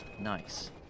nice